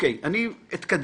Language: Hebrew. אני אתקדם.